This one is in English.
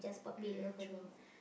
mm true